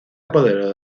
apoderó